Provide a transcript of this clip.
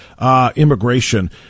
immigration